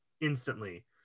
instantly